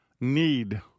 need